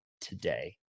today